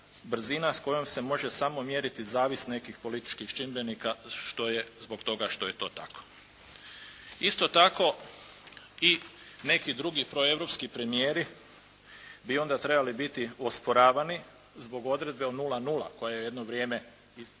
s kojom se može samo mjeriti zavist nekih političkih čimbenika što je, zbog toga što je to tako. Isto tako i neki drugi proeuropski premijeri bi onda trebali biti osporavani zbog odredbe od 0,0 koja je jedno vrijeme bila